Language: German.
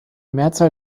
mehrzahl